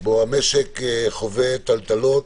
שבה המשק חווה טלטלות.